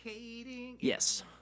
Yes